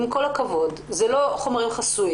עם כל הכבוד, זה לא חומרים חסויים.